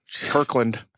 kirkland